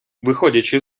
виходячи